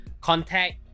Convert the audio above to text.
contact